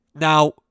now